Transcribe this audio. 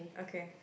okay